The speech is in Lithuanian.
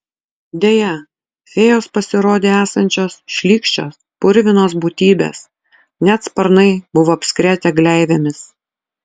deja fėjos pasirodė esančios šlykščios purvinos būtybės net sparnai buvo apskretę gleivėmis